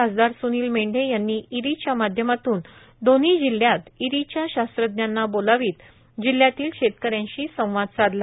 खासदार सुनील मेंढे यांनी इरींच्या माध्यमातून दोन्ही जिल्ह्यात इरींच्या शास्त्रज्ञांना बोलवीत जिल्ह्यातील शेतकऱ्याशी संवाद साधला